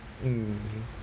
mm